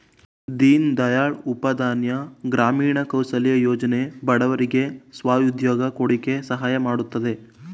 ದೀನ್ ದಯಾಳ್ ಉಪಾಧ್ಯಾಯ ಗ್ರಾಮೀಣ ಕೌಶಲ್ಯ ಯೋಜನೆ ಬಡವರಿಗೆ ಸ್ವ ಉದ್ಯೋಗ ಕೊಡಕೆ ಸಹಾಯ ಮಾಡುತ್ತಿದೆ